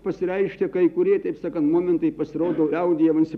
pasireiškia kai kurie teip sakant momentai pasirodo liaudyje vansi